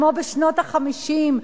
כמו בשנות ה-50,